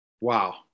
Wow